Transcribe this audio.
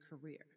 career